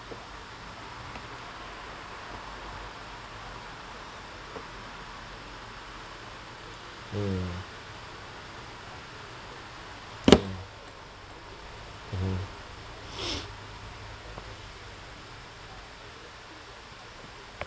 mm mm mmhmm